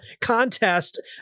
contest